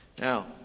Now